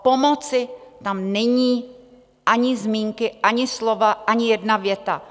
O pomoci tam není ani zmínky, ani slova, ani jedna věta.